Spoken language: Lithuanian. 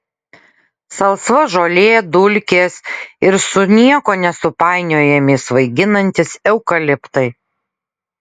salsva žolė dulkės ir su niekuo nesupainiojami svaiginantys eukaliptai